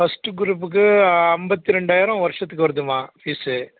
first குரூப்புக்கு ஐம்பத்து ரெண்டாயிரம் வருஷத்துக்கு வருதும்மா ஃபீஸு